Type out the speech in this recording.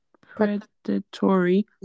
predatory